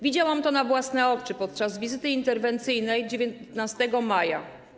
Widziałam to na własne oczy podczas wizyty interwencyjnej 19 maja.